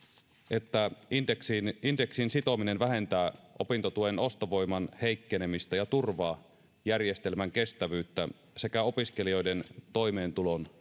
että indeksiin sitominen vähentää opintotuen ostovoiman heikkenemistä ja turvaa järjestelmän kestävyyttä sekä opiskelijoiden toimeentulon